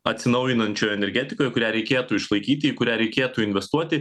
atsinaujinančioje energetikoje kurią reikėtų išlaikyti į kurią reikėtų investuoti